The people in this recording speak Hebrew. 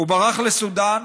הוא ברח לסודאן,